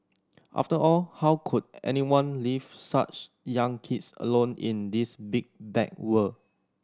after all how could anyone leave such young kids alone in this big bad world